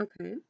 okay